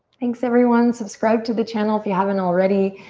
thanks everyone. subscribe to the channel if you haven't already.